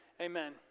Amen